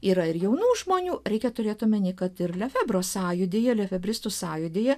yra ir jaunų žmonių reikia turėt omeny kad ir lefebro sąjūdyje lefebristų sąjūdyje